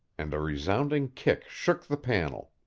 and a resounding kick shook the panel.